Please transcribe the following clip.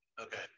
Okay